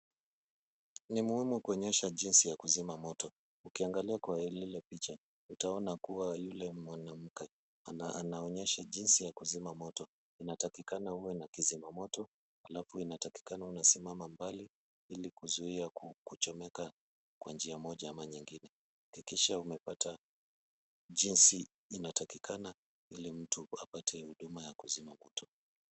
Ni muhimu kuonyesha jinsi ya kuzima moto. Ukiangalia kwa lile picha, utaona kuwa yule mwanamke anaonyesha jinsi ya kuzima moto. Inatakikana uwe na kizima moto, alafu inatakikana unasimama mbali ili kuzuia kuchomeka kwa njia moja ama nyingine. Hakikisha umepata jinsi inatakikana ili mtu apate huduma ya kuzima moto.